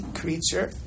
creature